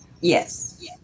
Yes